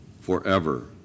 forever